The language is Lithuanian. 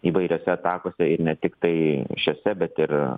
įvairiose atakose ir ne tiktai šiose bet ir